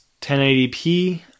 1080p